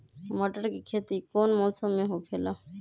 मटर के खेती कौन मौसम में होखेला?